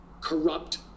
corrupt